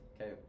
Okay